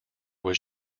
was